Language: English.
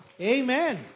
Amen